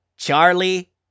Charlie